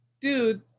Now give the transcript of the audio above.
dude